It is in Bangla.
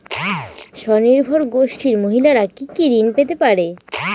স্বনির্ভর গোষ্ঠীর মহিলারা কি কি ঋণ পেতে পারে?